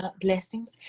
Blessings